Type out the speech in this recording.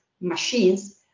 machines